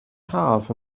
haf